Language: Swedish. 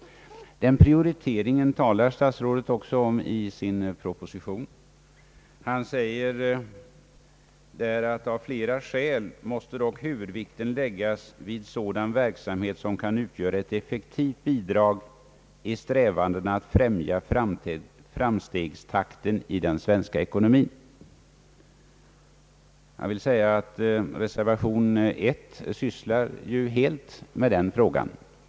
Den prioriteringen talar statsrådet också om i propositionen och säger där att huvudvikten av flera skäl dock måste läggas vid sådan verksamhet som kan utgöra ett effektivt bidrag vid strävandena att främja framstegstakten i den svenska ekonomin. Reservation 1 sysslar helt med den frågan.